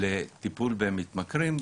לטיפול במתמכרים.